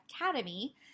Academy